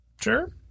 sure